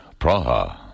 Praha